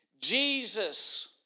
Jesus